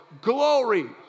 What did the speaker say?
glory